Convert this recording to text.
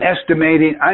estimating